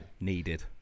needed